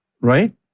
Right